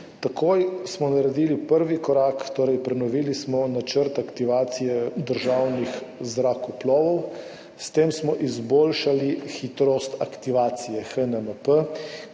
Takoj smo naredili prvi korak, torej prenovili smo načrt aktivacije državnih zrakoplovov. S tem smo izboljšali hitrost aktivacije HNMP,